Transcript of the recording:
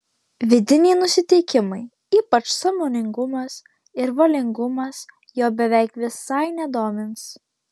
vidiniai nusiteikimai ypač sąmoningumas ir valingumas jo beveik visai nedomins